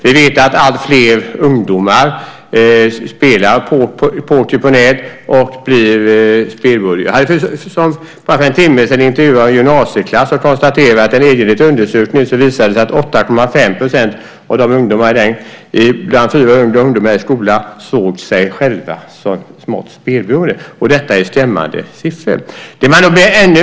Vi vet att alltfler ungdomar spelar poker på nätet och blir spelberoende. Jag blev för bara en timme sedan intervjuad av en gymnasieklass som konstaterade att en undersökning visade att 8,5 % av ungdomarna på en skola såg sig själva som smått spelberoende. Detta är skrämmande siffror.